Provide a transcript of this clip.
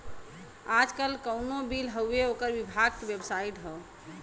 आजकल कउनो बिल हउवे ओकर विभाग के बेबसाइट हौ